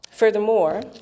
Furthermore